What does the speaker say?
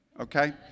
Okay